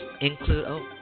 include—oh